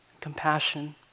compassion